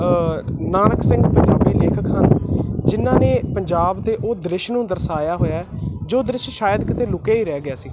ਨਾਨਕ ਸਿੰਘ ਪੰਜਾਬੀ ਲੇਖਕ ਹਨ ਜਿਹਨਾਂ ਨੇ ਪੰਜਾਬ ਦੇ ਉਹ ਦ੍ਰਿਸ਼ ਨੂੰ ਦਰਸਾਇਆ ਹੋਇਆ ਜੋ ਦ੍ਰਿਸ਼ ਸ਼ਾਇਦ ਕਿਤੇ ਲੁਕਿਆ ਹੀ ਰਹਿ ਗਿਆ ਸੀ